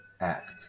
act